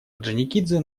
орджоникидзе